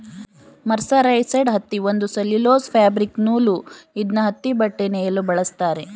mercerised ಹತ್ತಿ ಒಂದು cellulose fabric ನೂಲು ಇದ್ನ ಹತ್ತಿಬಟ್ಟೆ ನೇಯಲು ಬಳಸ್ತಾರೆ